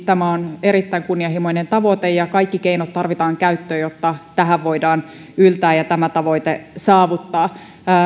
tämä on erittäin kunnianhimoinen tavoite ja kaikki keinot tarvitaan käyttöön jotta tähän voidaan yltää ja tämä tavoite saavuttaa